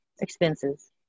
expenses